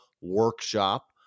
workshop